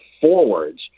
forwards